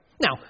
Now